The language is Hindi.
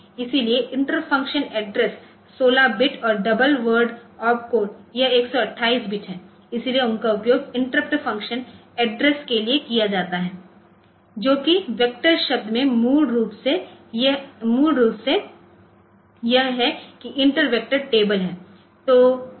इसलिए इंटर फंक्शन एड्रेस 16 बिट और डबल वर्ल्ड ओपकोड यह 128 बाइट्स है इसलिए उनका उपयोग इंटरप्ट फ़ंक्शन एड्रेस के लिए किया जाता है जो कि वेक्टर शब्द हैं मूल रूप से यह है कि इंटर वेक्टर टेबल है